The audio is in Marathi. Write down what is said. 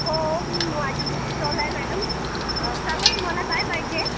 हो माझे बुक स्टॉल आहे मॅडम सांगा तुम्हाला काय पाहिजे